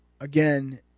again